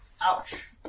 Ouch